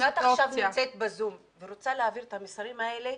אם היית עכשיו נמצאת ב"זום" והיית רוצה להעביר את המסרים האלה,